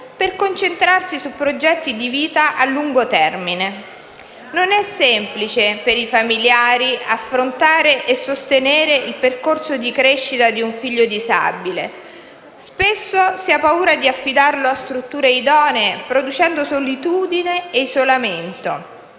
per concentrarsi su progetti di vita a lungo termine; non è semplice per i familiari affrontare e sostenere il percorso di crescita di un figlio disabile; spesso si ha paura di affidarlo a strutture idonee producendo solitudine e isolamento